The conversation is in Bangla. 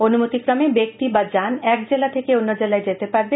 অনুমতিক্রমে ব্যক্তি বা যান এক জেলা থেকে অন্য জেলায় যেতে পারবে